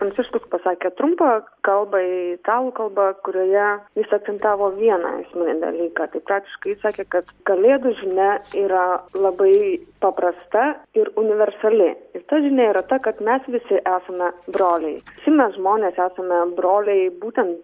pranciškus pasakė trumpą kalbą italų kalba kurioje jis akcentavo vieną esminį dalyką tai praktiškai jis sakė kad kalėdų žinia yra labai paprasta ir universali ir ta žinia yra ta kad mes visi esame broliai visi mes žmonės esame broliai būtent